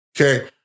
okay